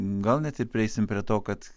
gal net ir prieisim prie to kad